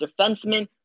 defenseman